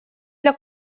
для